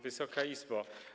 Wysoka Izbo!